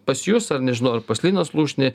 pas jus ar nežinau ar pas liną slušnį